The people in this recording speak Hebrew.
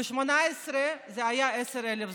ב־2018 היו 10,000 זוגות,